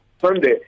Sunday